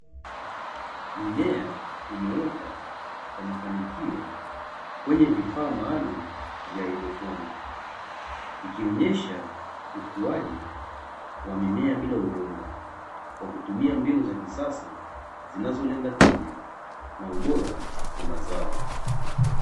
Mimea imeota kwa mafanikio kwenye vifaa maalumu vya “haidroponiki”, ikionesha ukuaji wa mimea bila udongo kwa kutumia mbinu za kisasa zinazolenga tija na ubora wa mazao.